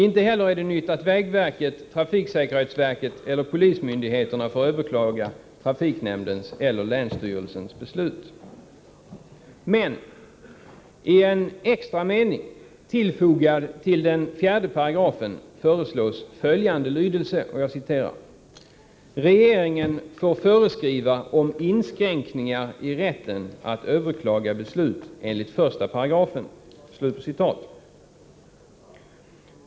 Inte heller är det någon nyhet att vägverket, trafiksäkerhetsverket eller polismyndigheterna får överklaga trafiknämndens eller länsstyrelsens beslut.